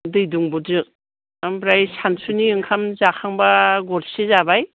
दै दुंब्रुदजों ओमफ्राय सानसुनि ओंखाम जाखांब्ला गरसे जाबाय